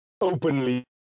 openly